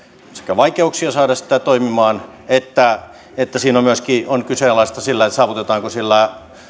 vaikeuksia saada sitä toimimaan että että on myöskin kyseenalaista saavutetaanko sillä